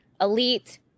elite